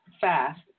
fast